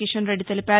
కిషన్రెడ్డి తెలిపారు